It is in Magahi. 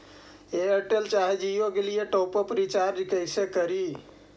एयरटेल चाहे जियो के लिए टॉप अप रिचार्ज़ कैसे करी?